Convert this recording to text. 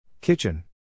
Kitchen